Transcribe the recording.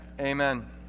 Amen